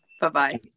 Bye-bye